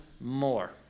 more